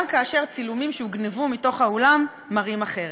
גם כאשר צילומים שהוגנבו מתוך האולם מראים אחרת.